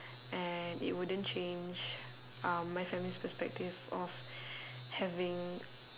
and it wouldn't change um my family's perspective of having